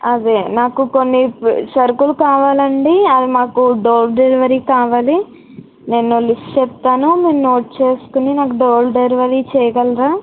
అవే నాకు కొన్ని సరుకులు కావాలండీ అది నాకు డోర్ డెలివరీ కావాలి నేను లిస్ట్ చెప్తాను మీరు నోట్ చేసుకుని నాకు డోర్ డెలివరీ చేయగలరా